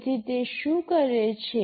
તેથી તે શું કરે છે